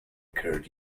curd